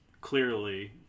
clearly